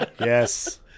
Yes